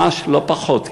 ממש, לא פחות.